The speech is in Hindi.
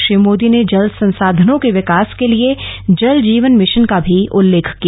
श्री मोदी ने जल संसाधनों के विकास के लिए जल जीवन भिशन का भी उल्लेख किया